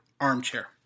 armchair